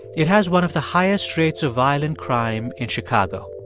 it has one of the highest rates of violent crime in chicago.